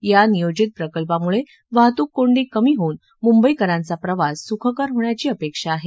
या नियाजित प्रकल्पाम्ळे वाहतूक कोंडी कमी होऊन म्ंबईकरांचा प्रवास सुखकर होण्याची अपेक्षा आहे